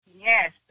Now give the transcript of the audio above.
Yes